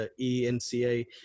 ENCA